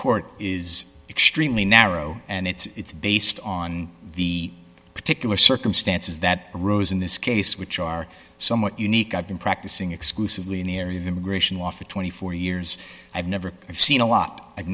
court is extremely narrow and it's based on the particular circumstances that arose in this case which are somewhat unique i've been practicing exclusively in the area of immigration law for twenty four years i've never i've seen a lot i'